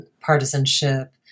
partisanship